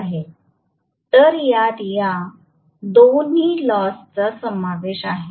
तर यात या दोन्ही लॉस चा समावेश आहे